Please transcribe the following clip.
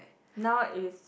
now is